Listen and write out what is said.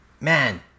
Man